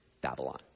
Babylon